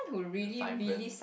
vibrant